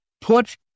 put